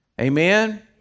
Amen